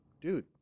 dude